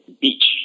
beach